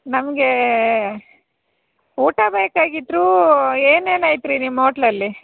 ನಮ್ಗೆ ಊಟ ಬೇಕಾಗಿತ್ತು ಏನೇನೈತ್ರಿ ನಿಮ್ಮ ಓಟ್ಲಲ್ಲಿ